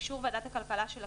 באישור ועדת הכלכלה של הכנסת,